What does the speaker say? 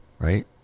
Right